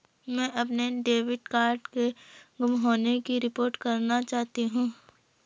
मैं अपने debit card के गुम होने की रिपोर्ट करना चाहती हूँ